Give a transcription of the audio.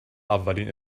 اولین